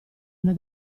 una